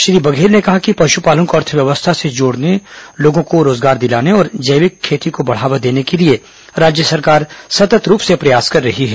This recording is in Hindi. श्री बघेल ने कहा कि पशुपालन को अर्थव्यवस्था से जोड़ने लोगों को रोजगार दिलाने और जैविक खेती को बढ़ावा देने के लिए राज्य सरकार सतत् रूप से प्रयास कर रही है